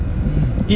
mm